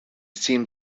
seemed